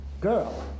girl